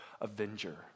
avenger